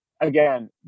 again